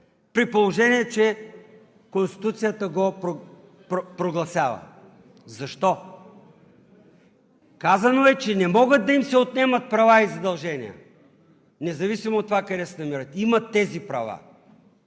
при положение че Конституцията го прогласява? Защо?! Казано е, че не могат да им се отнемат права и задължения. Независимо от това къде се намират, имат тези права!